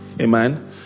Amen